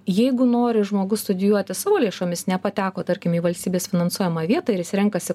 jeigu nori žmogus studijuoti savo lėšomis nepateko tarkim į valstybės finansuojamą vietą renkasi